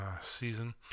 season